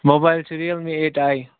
mobile چھُ رِیَل می ایٚٹ آے